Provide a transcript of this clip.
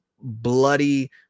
bloody